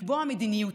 לקבוע מדיניות,